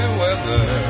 weather